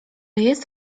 jest